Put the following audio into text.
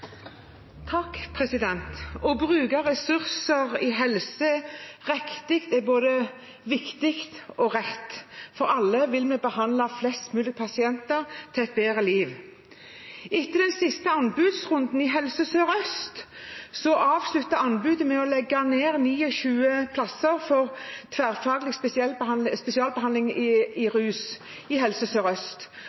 både viktig og rett, for vi vil alle behandle flest mulig pasienter slik at de får et bedre liv. Etter den siste anbudsrunden i Helse Sør-Øst avsluttet en med å legge ned 29 plasser for tverrfaglig spesialbehandling innen rus i Helse